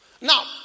Now